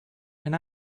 and